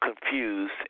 confused